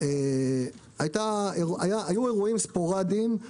היו אירועים ספורדיים של ברוצלה,